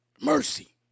mercy